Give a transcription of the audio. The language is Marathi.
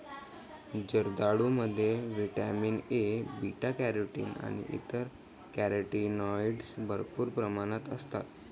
जर्दाळूमध्ये व्हिटॅमिन ए, बीटा कॅरोटीन आणि इतर कॅरोटीनॉइड्स भरपूर प्रमाणात असतात